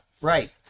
right